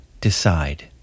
Decide